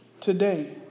today